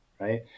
right